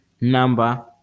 number